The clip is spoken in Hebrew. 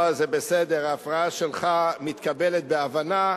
לא, זה בסדר, ההפרעה שלך מתקבלת בהבנה,